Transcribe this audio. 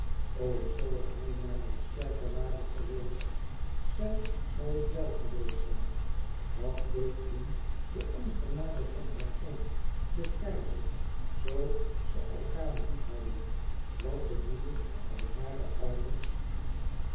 zoo hij maar wat sterker ware geweest zij zoû het wel geweest zijn wat deed hun de ongenade van haar oom den keizer zoo ze elkaâr liefhadden wat de woede van hare ouders